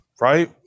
Right